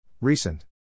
Recent